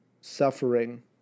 Suffering